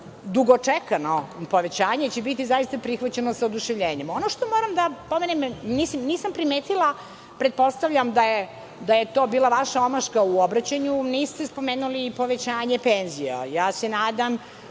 dugo čekano povećanje će biti zaista prihvaćeno sa oduševljenjem. Ono što moram da pomenem, nisam primetila, pretpostavljam da je to bila vaša omaška u obraćanju, niste spomenuli povećanje penzija. Nadam